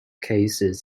cases